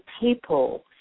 people